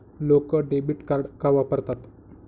लोक debit card का वापरतात?